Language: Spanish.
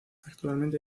actualmente